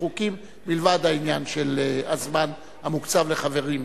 חוקים מלבד העניין של הזמן המוקצב לחברים.